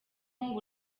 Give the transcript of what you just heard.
ngo